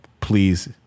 Please